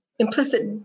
Implicit